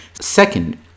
Second